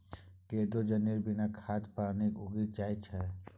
कोदो जनेर बिना खाद पानिक उगि जाएत छै